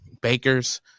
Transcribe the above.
bakers